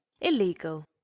illegal